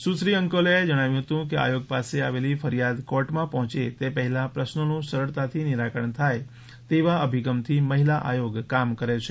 સુશ્રી અંકોલીયાએ જણાવ્યું હતું કે આયોગ પાસે આવેલી ફરિયાદ કોર્ટમાં પહોંચે તે પહેલાં પ્રશ્નોનું સરળતાથી નિરાકરણ થાય તેવા અભિગમથી મહિલા આયોગ કામ કરે છે